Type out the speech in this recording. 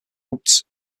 coats